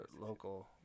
local